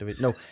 No